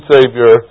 Savior